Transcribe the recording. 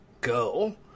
go